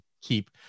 keep